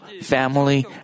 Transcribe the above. family